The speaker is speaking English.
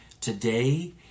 Today